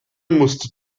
musste